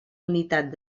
unitat